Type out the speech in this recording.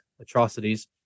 atrocities